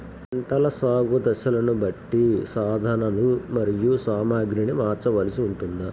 పంటల సాగు దశలను బట్టి సాధనలు మరియు సామాగ్రిని మార్చవలసి ఉంటుందా?